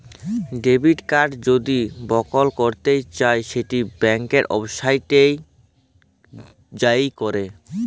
debit card যদি block ক্যরতে চাই সেট ব্যাংকের ওয়েবসাইটে যাঁয়ে ক্যর